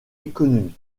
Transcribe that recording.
économique